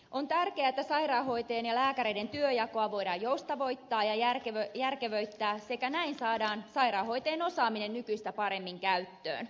on tärkeää että sairaanhoitajien ja lääkäreiden työnjakoa voidaan joustavoittaa ja järkevöittää ja näin saadaan sairaanhoitajien osaaminen nykyistä paremmin käyttöön